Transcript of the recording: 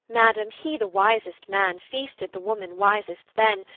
madam, he the wisest man feasted the woman wisest then,